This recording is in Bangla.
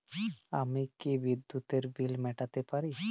আমি কি বিদ্যুতের বিল মেটাতে পারি?